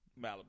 Malibu